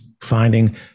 finding